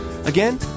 Again